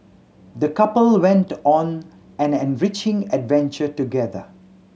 the couple went on an enriching adventure together